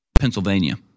Pennsylvania